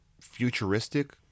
futuristic